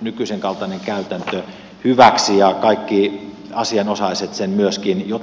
nykyisenkaltainen käytäntö on muotoutunut hyväksi ja kaikki asianosaiset sen myöskin jotakuinkin hyväksyvät